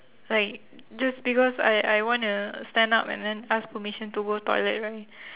like just because I I wanna stand up and then ask permission to go toilet right